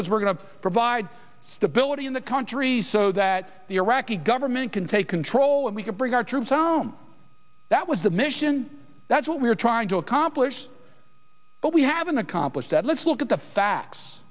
because we're going to provide stability in the country so that the government can take control and we can bring our troops om that was the mission that's what we are trying to accomplish but we haven't accomplished that let's look at the facts